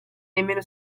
nemmeno